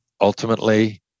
ultimately